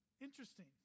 Interesting